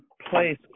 place